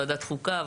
ועדת חוקה,